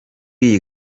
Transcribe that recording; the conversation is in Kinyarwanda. iyi